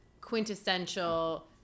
quintessential